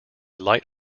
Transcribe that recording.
light